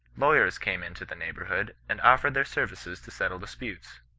lawyers came into the neighbourhood, and offered their services to settle disputes.